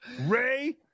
Ray